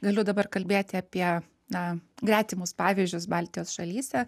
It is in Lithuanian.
galiu dabar kalbėti apie na gretimus pavyzdžius baltijos šalyse